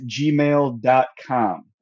gmail.com